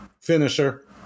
finisher